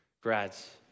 grads